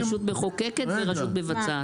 יש רשות מחוקקת ורשות מבצעת.